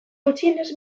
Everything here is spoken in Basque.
gutxienez